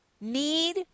need